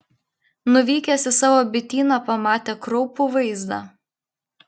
nuvykęs į savo bityną pamatė kraupų vaizdą